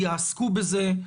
יעסקו בזה.